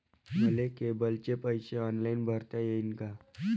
मले केबलचे पैसे ऑनलाईन भरता येईन का?